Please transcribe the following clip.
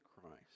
Christ